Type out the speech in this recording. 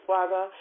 Father